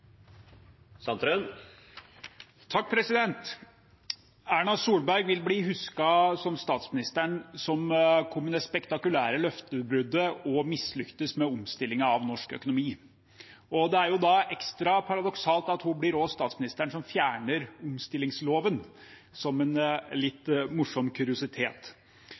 Erna Solberg vil bli husket som statsministeren som kom med det spektakulære løftebruddet og mislyktes med omstillingen av norsk økonomi. Det er ekstra paradoksalt at hun også blir statsministeren som fjerner omstillingsloven – som en litt morsom kuriositet.